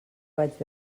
vaig